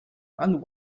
and